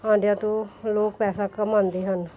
ਆਂਡਿਆਂ ਤੋਂ ਲੋਕ ਪੈਸਾ ਕਮਾਉਂਦੇ ਹਨ